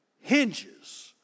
hinges